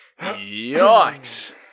Yikes